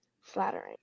flattering